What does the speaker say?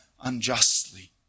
unjustly